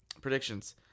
predictions